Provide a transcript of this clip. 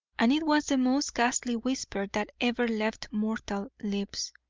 and it was the most ghastly whisper that ever left mortal lips.